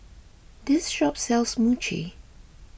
this shop sells Mochi